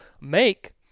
make